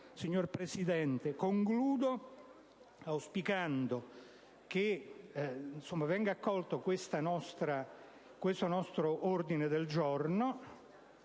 signor Presidente, concludo auspicando che venga accolto questo nostro ordine del giorno